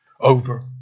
over